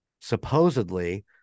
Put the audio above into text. supposedly